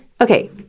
Okay